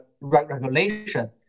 regulation